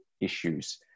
issues